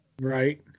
right